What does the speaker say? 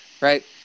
Right